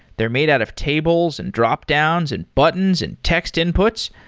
they're made out of tables, and dropdowns, and buttons, and text inputs.